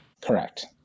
Correct